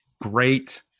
great